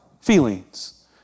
feelings